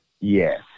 Yes